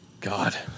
God